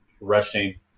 rushing